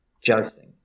jousting